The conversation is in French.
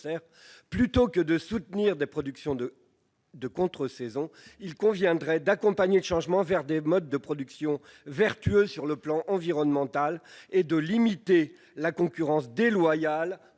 plutôt que de soutenir des productions de contre-saison, il conviendrait d'accompagner le changement vers des modes de production vertueux sur le plan environnemental et de limiter la concurrence déloyale-